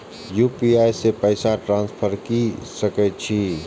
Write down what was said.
UPI से पैसा transfer की सके छी?